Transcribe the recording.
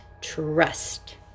trust